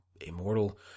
immortal